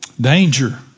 Danger